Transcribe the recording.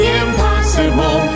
impossible